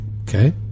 Okay